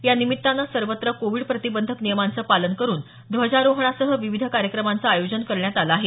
या निमित्तानं सर्वत्र कोविड प्रतिबंधक नियमांचं पालन करून ध्वजारोहणासह विविध कार्यक्रमांचं आयोजन करण्यात आलं आहे